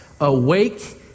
Awake